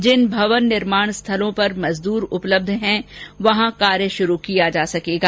जिन भवन निर्माण स्थलों पर मजदूर उपलब्ध हैं वहां कार्य शुरू किया जा सकेगा